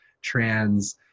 trans